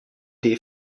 des